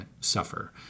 suffer